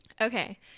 Okay